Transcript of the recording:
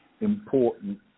important